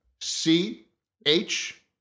C-H